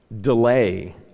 delay